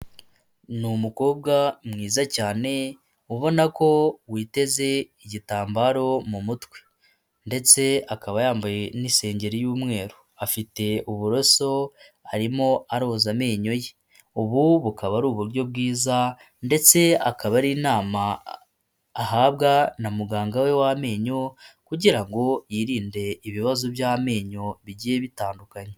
Ni umukobwa mwiza cyane ubona ko witeze igitambaro mu mutwe ndetse akaba yambaye n'isengeri y'umweru, afite uburoso arimo aroza amenyo ye. Ubu bukaba ari uburyo bwiza ndetse akaba ari inama ahabwa na muganga we w'amenyo, kugira ngo yirinde ibibazo by'amenyo bigiye bitandukanye.